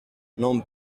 non